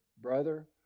Brother